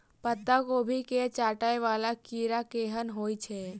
पत्ता कोबी केँ चाटय वला कीड़ा केहन होइ छै?